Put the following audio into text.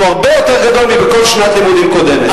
שהוא הרבה יותר גדול מבכל שנת לימודים קודמת.